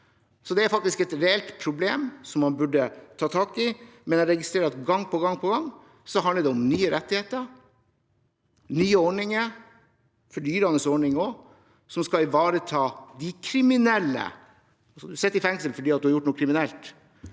Det er faktisk et reelt problem som man burde ta tak i, men jeg registrerer at det gang på gang handler om nye rettigheter, nye ordninger – fordyrende ordninger – som skal ivareta de kriminelle som sitter i fengsel fordi de har gjort noe kriminelt.